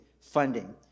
funding